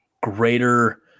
greater